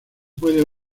puede